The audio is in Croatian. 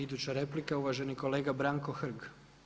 Iduća replika, uvaženi kolega Branko Hrg.